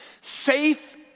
Safe